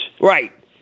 Right